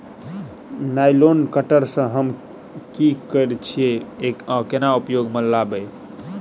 Nylon cutter सँ हम की करै छीयै आ केना उपयोग म लाबबै?